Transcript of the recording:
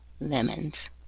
lemons